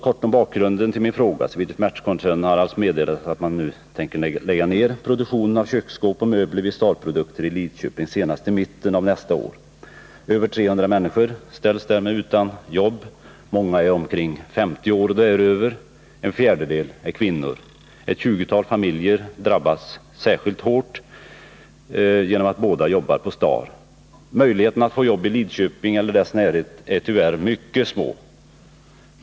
Kort om bakgrunden till min fråga: Swedish-Match-koncernen har alltså meddelat att den tänker lägga ner produktionen av köksskåp och möbler vid Starprodukter i Lidköping senast i mitten av nästa år. Över 300 människor ställs därmed utan jobb. Många är 50 år och däröver. En fjärdedel är kvinnor. Ett 20-tal familjer drabbas särskilt hårt genom att båda makarna jobbar på Star. Möjligheterna att få jobb i Lidköping eller dess närhet är tyvärr mycket små.